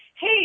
hey